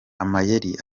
amayeri